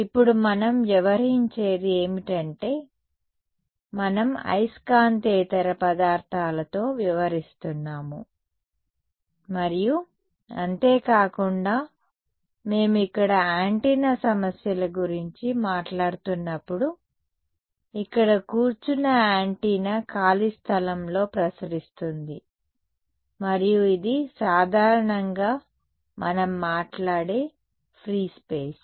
ఇప్పుడు మనం వ్యవహరించేది ఏమిటంటే మనం అయస్కాంతేతర పదార్థాలతో వ్యవహరిస్తున్నాము మరియు అంతే కాకుండా మేము ఇక్కడ యాంటెన్నా సమస్యల గురించి మాట్లాడుతున్నప్పుడు ఇక్కడ కూర్చున్న యాంటెన్నా ఖాళీ స్థలంలో ప్రసరిస్తుంది మరియు ఇది సాధారణంగా మనం మాట్లాడే ఫ్రీ స్పేస్